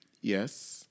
Yes